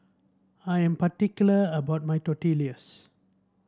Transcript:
I am particular about my Tortillas